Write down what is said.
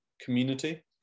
community